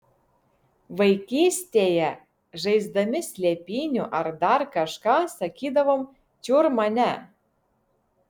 vaikystėje žaisdami slėpynių ar dar kažką sakydavom čiur mane